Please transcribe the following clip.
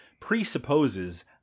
presupposes